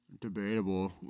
Debatable